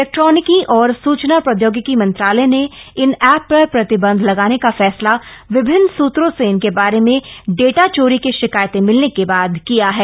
इलेक्ट्रानिकी और सूचना प्रौद्योगिकी मंत्रालय ने इन एप पर प्रतिबंध लगाने का फैसला विभिन्न सूत्रों से इनके बारे में डेटा चोरी की शिकायतें मिलने के बाद किया है